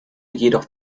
jedoch